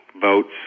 votes